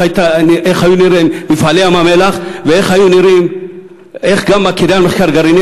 איך היו נראים "מפעלי ים-המלח" ואיך גם הקריה למחקר גרעיני